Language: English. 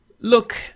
Look